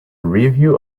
review